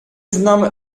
znam